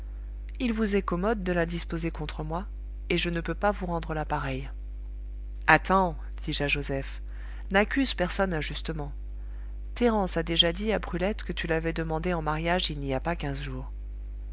il vous est commode de l'indisposer contre moi et je ne peux pas vous rendre la pareille attends dis-je à joseph n'accuse personne injustement thérence a déjà dit à brulette que tu l'avais demandée en mariage il n'y a pas quinze jours